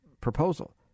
proposal